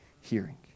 hearing